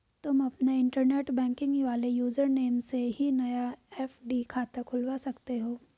तुम अपने internet banking वाले यूज़र नेम से ही नया एफ.डी खाता खुलवा सकते हो